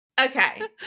Okay